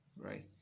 right